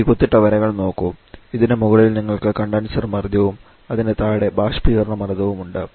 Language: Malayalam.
ഈ കുത്തിട്ട വരകൾ നോക്കൂ ഇതിന് മുകളിൽ നിങ്ങൾക്ക് കണ്ടൻസർ മർദ്ദവും അതിനു താഴെ ബാഷ്പീകരണ മർദ്ദമുണ്ട്